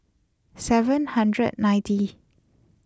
seven hundred and ninety